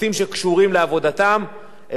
הם לא צריכים להתבטא במשך כמה שנים.